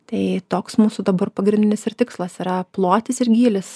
tai toks mūsų dabar pagrindinis ir tikslas yra plotis ir gylis